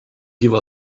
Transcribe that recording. give